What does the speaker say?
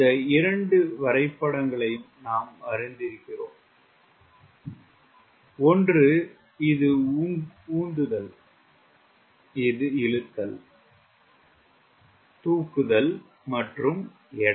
இந்த இரண்டு வரைபடங்களையும் நாம் அறிந்திருக்கிறோம் ஒன்று இது உந்துதல் இழுத்தல் தூக்குதல் எடை